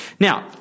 Now